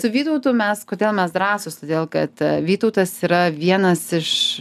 su vytautu mes kodėl mes drąsūs todėl kad vytautas yra vienas iš